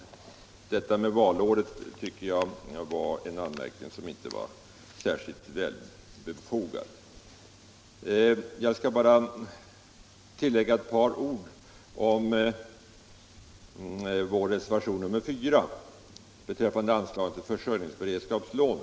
Det herr Wååg sade om valåret var en inte särskilt befogad anmärkning. Jag skall bara tillägga ett par ord om vår reservation nr 5 beträffande anslag till försörjningsberedskapslån.